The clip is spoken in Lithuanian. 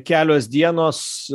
kelios dienos